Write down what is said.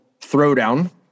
throwdown